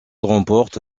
remporte